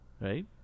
Right